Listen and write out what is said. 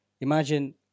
Imagine